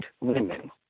women